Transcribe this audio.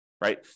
right